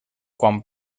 quan